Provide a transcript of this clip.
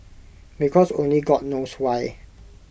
because only God knows why